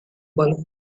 bulk